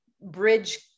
bridge